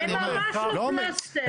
זה ממש לא פלסטר.